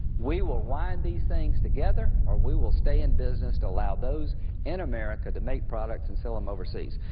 we will wind these things together or we will stay in business to allow those in america to make products and sell them overseas.